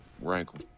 Rankle